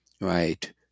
right